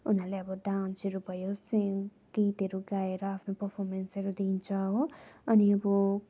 उनीहरूले अब डान्सहरू भयो सिङ गीतहरू गाएर आफ्नो पर्फमेन्सहरू दिन्छ हो अनि अब